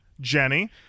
jenny